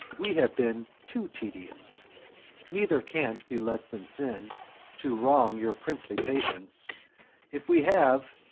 we have bin too tedious neither can't be less than sin to wrong your princely patience if we have,